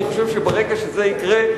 אני חושב שברגע שזה יקרה,